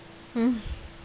mm